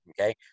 Okay